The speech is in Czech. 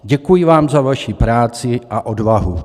Děkuji vám za vaši práci a odvahu.